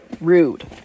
Rude